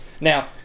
Now